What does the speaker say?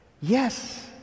yes